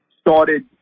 started